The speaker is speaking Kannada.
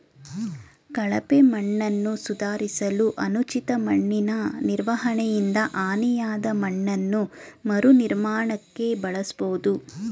ಕಳಪೆ ಮಣ್ಣನ್ನು ಸುಧಾರಿಸಲು ಅನುಚಿತ ಮಣ್ಣಿನನಿರ್ವಹಣೆಯಿಂದ ಹಾನಿಯಾದಮಣ್ಣನ್ನು ಮರುನಿರ್ಮಾಣಕ್ಕೆ ಬಳಸ್ಬೋದು